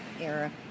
era